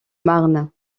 marne